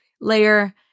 layer